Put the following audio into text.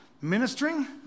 ministering